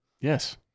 Yes